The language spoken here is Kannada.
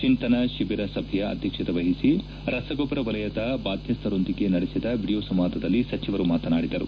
ಚಿಂತನ ಶಿಬಿರ ಸಭೆಯ ಅಧ್ಯಕ್ಷತೆ ವಹಿಸಿ ರಸಗೊಬ್ಬರ ವಲಯದ ಬಾಧ್ಯಸ್ಥರೊಂದಿಗೆ ನಡೆಸಿದ ವಿಡಿಯೋ ಸಂವಾದದಲ್ಲಿ ಸಚಿವರು ಮಾತನಾಡಿದರು